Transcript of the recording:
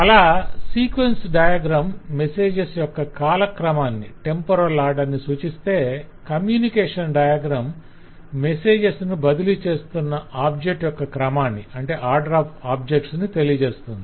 అలా sequence diagram messages యొక్క కాల క్రమాన్ని సూచిస్తే కమ్యూనికేషన్ డయాగ్రం మెసేజెస్ ను బదిలీ చేస్తున్న ఆబ్జెక్ట్స్ యొక్క క్రమాన్ని తెలియజేస్తుంది